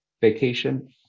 vacation